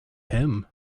him